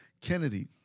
Kennedy